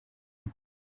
pit